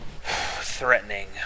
threatening